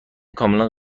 کاملا